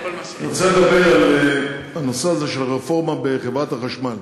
אני רוצה לדבר על הנושא של הרפורמה בחברת החשמל.